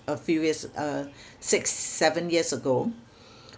a few years uh six seven years ago